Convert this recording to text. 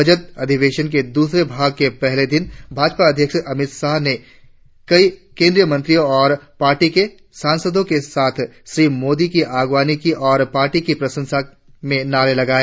budget अधिवेशन के द्रसरे भाग के पहले दिन भाजपा अध्यक्ष अमित शाह ने कई केंद्रीय मंत्रियों और पार्ती के सांसदों के साथ श्री मोदी की अगवानी की और पार्टी की प्रशंसा में नारे लगाए